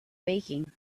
baking